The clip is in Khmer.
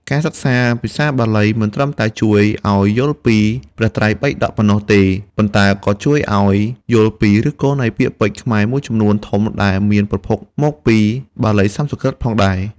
ការសិក្សាភាសាបាលីមិនត្រឹមតែជួយឲ្យយល់ពីព្រះត្រៃបិដកប៉ុណ្ណោះទេ ប៉ុន្តែក៏ជួយឲ្យយល់ពីឫសគល់នៃពាក្យពេចន៍ខ្មែរមួយចំនួនធំដែលមានប្រភពមកពីបាលីសំស្ក្រឹតផងដែរ។